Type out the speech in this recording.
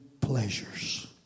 pleasures